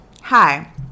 Hi